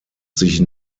sich